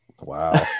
Wow